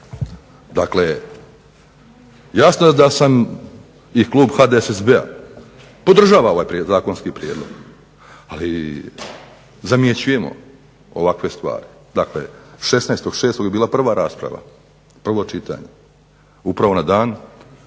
Dakle, jasno je da sam i klub HDSSB-a podržava ovaj zakonski prijedlog. Ali zamjećujemo ovakve stvari. Dakle, 16.6. je bila prva rasprava, prvo čitanje, upravo na dan